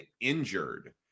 injured